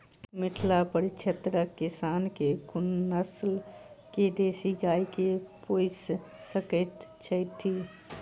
मिथिला परिक्षेत्रक किसान केँ कुन नस्ल केँ देसी गाय केँ पोइस सकैत छैथि?